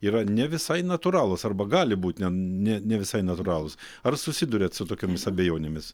yra ne visai natūralūs arba gali būti ne ne ne visai natūralūs ar susiduriat su tokiomis abejonėmis